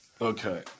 Okay